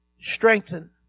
strengthen